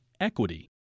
equity